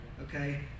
Okay